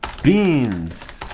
beans